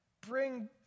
Bring